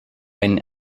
einen